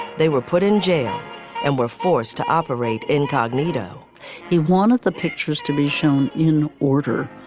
they were put in jail and were forced to operate incognito he wanted the pictures to be shown in order.